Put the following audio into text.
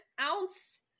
ounce